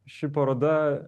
ši paroda